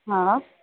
हा